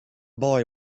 boy